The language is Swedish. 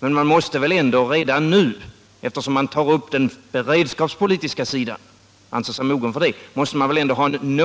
Men man måste väl ändå redan nu, eftersom man anser sig mogen för att ta upp den beredskapspolitiska sidan, ha en